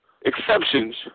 exceptions